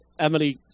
emily